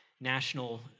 national